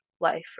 life